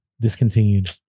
Discontinued